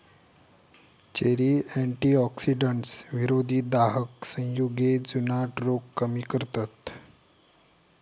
cherry antioxidants, विरोधी दाहक संयुगे, जुनाट रोग कमी करतत